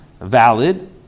valid